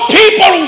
people